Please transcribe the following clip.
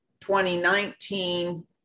2019